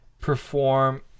perform